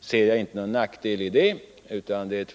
ser jag inte någon nackdel i det.